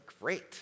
great